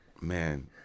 Man